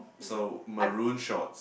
so maroon shorts